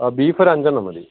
ആ ബീഫ് ഒരു അഞ്ചെണ്ണം മതി